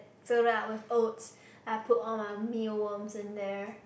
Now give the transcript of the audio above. surround with oats I put all my mealworms on there